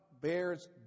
bears